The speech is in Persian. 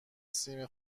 سیم